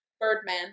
birdman